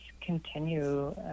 continue